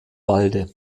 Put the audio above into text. walde